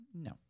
No